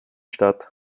stadt